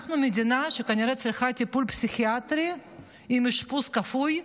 אנחנו מדינה שכנראה צריכה טיפול פסיכיאטרי עם אשפוז כפוי.